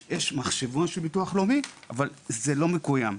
יש מחשבון של ביטוח לאומי אבל זה לא מקוים.